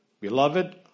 Beloved